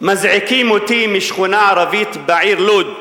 מזעיקים אותי משכונה ערבית בעיר לוד,